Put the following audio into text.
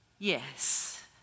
Yes